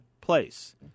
place